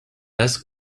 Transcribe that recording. ask